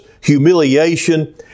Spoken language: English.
humiliation